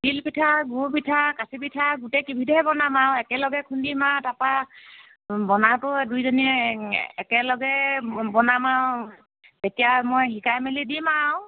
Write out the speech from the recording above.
তিল পিঠা গুড় পিঠা কাচি পিঠা গোটেইকেইবিধে বনাম আৰু একেলগে খুন্দিম আৰু তাৰপৰা বনাওতেও দুইজনীয়ে একেলগে বনাম আৰু তেতিয়া মই শিকাই মেলি দিম আৰু